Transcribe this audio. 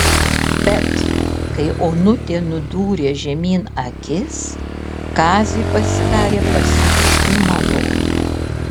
bet kai onutė nudūrė žemyn akis kaziui pasidarė pasiutiškai malonu